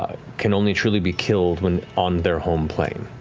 can only truly be killed when on their home plane.